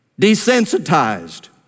desensitized